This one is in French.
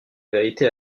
vérité